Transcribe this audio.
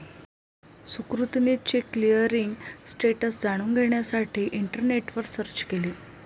सुकृतीने cheque clearing status जाणून घेण्यासाठी इंटरनेटवर सर्च केले